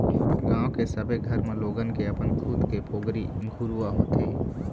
गाँव के सबे घर म लोगन के अपन खुद के पोगरी घुरूवा होथे ही